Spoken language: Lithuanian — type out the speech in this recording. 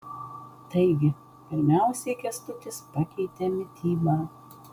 taigi pirmiausiai kęstutis pakeitė mitybą